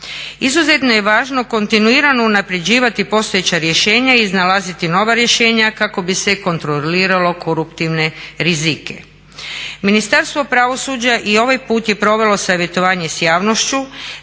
Izuzetno je važno kontinuirano unaprjeđivati postojeća rješenja, iznalaziti nova rješenja kako bi se kontrolirala koruptivne rizike. Ministarstvo pravosuđa i ovaj put je provelo savjetovanje s javnošću.